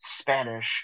Spanish